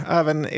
även